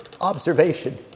observation